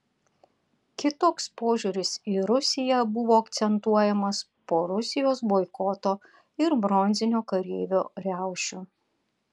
kitoks požiūris į rusiją buvo akcentuojamas po rusijos boikoto ir bronzinio kareivio riaušių